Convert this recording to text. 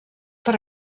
per